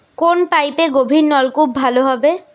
কোন পাইপে গভিরনলকুপ ভালো হবে?